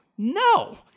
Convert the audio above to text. No